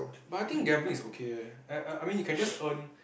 but I think gambling is okay leh I I I mean you can just earn